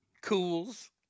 Cools